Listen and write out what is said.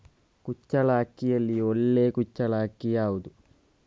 ಕುಚ್ಚಲಕ್ಕಿಯಲ್ಲಿ ಒಳ್ಳೆ ಕುಚ್ಚಲಕ್ಕಿ ಯಾವುದು?